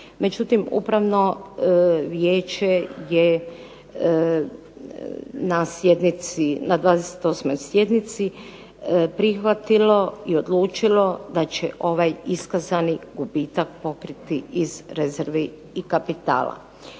Međutim upravno vijeće je na sjednici, na 28. sjednici prihvatilo i odlučilo da će ovaj iskazani gubitak pokriti iz rezervi i kapitala.